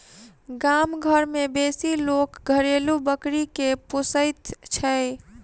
गाम घर मे बेसी लोक घरेलू बकरी के पोसैत छै